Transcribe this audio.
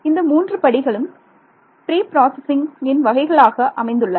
இந்த மூன்று படிகளும் ப்ரீ பிராசஸிங்கின் வகைகளாக அமைந்துள்ளன